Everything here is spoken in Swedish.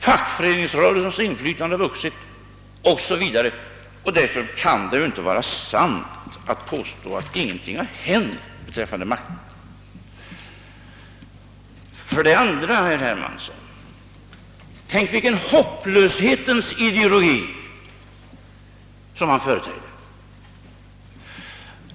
Fackföreningsrörelsens in flytande har vuxit o.s.v., och därför kan det inte vara sant att påstå att ingenting har hänt beträffande maktförhållandena. Vidare, herr Hermansson: Tänk vilken hopplöshetens ideologi som herr Hermansson företräder!